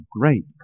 great